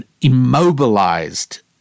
immobilized